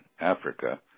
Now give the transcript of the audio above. Africa